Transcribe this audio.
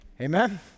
amen